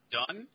done